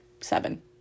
seven